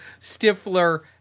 Stifler